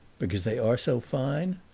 because they are so fine?